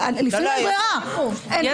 אבל לפעמים אין ברירה, אין